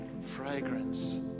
fragrance